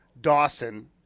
Dawson